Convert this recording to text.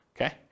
Okay